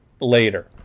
later